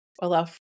allow